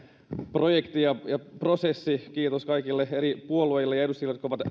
projekti ja ja prosessi kiitos kaikille eri puolueille ja edustajille jotka ovat